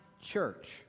church